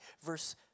Verse